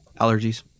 allergies